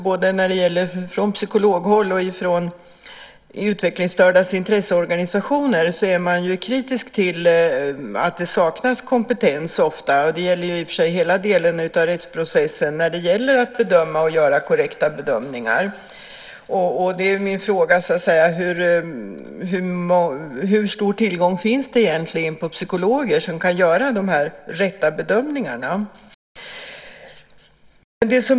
Både från psykologhåll och från utvecklingsstördas intresseorganisationer är man kritiska över att det ofta saknas kompetens - det gäller i och för sig hela rättsprocessen - för att göra korrekta bedömningar. Hur stor tillgång finns det egentligen till psykologer som kan göra dessa rätta bedömningar?